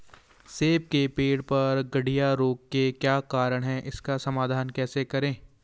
सेब के पेड़ पर गढ़िया रोग के क्या कारण हैं इसका समाधान कैसे करें?